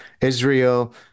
Israel